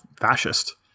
fascist